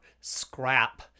scrap